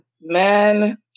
man